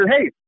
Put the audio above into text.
hey